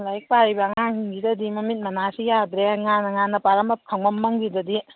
ꯂꯥꯏꯔꯤꯛ ꯄꯥꯔꯤꯕ ꯑꯉꯥꯡꯁꯤꯡꯁꯤꯗꯗꯤ ꯃꯃꯤꯠ ꯃꯅꯥꯁꯨ ꯌꯥꯗ꯭ꯔꯦ ꯉꯥꯟꯅ ꯉꯥꯟꯅ ꯄꯥꯔꯝꯃ ꯈꯪꯃꯝ ꯃꯝꯈꯤꯕꯗꯗꯤ